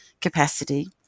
capacity